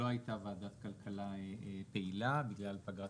לא היתה ועדת כלכלה פעילה בגלל פגרת